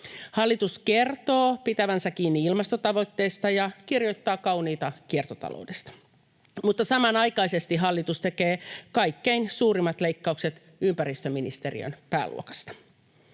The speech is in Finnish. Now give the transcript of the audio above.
Hallitus kertoo pitävänsä kiinni ilmastotavoitteista ja kirjoittaa kauniita kiertotaloudesta, mutta samanaikaisesti hallitus tekee kaikkein suurimmat leikkaukset ympäristöministeriön pääluokasta.